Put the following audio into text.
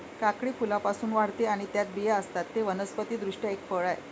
काकडी फुलांपासून वाढते आणि त्यात बिया असतात, ते वनस्पति दृष्ट्या एक फळ आहे